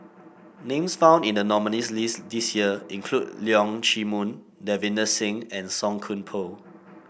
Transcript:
names found in the nominees' list this year include Leong Chee Mun Davinder Singh and Song Koon Poh